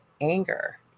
anger